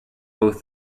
both